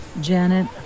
Janet